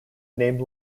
named